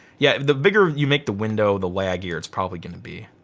yeah the bigger you make the window, the laggier it's probably gonna be.